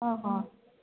অঁ অঁ